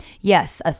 Yes